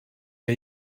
que